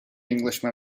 englishman